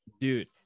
Dude